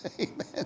Amen